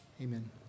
Amen